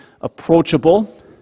approachable